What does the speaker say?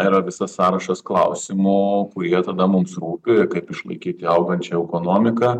yra visas sąrašas klausimų kurie tada mums rūpi kaip išlaikyti augančią ekonomiką